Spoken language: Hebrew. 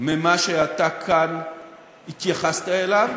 ממה שאתה כאן התייחסת אליו.